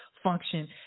function